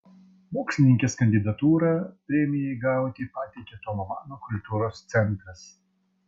mokslininkės kandidatūrą premijai gauti pateikė tomo mano kultūros centras